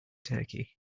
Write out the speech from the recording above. turkey